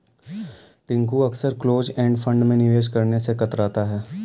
टिंकू अक्सर close end fund में निवेश करने से कतराता है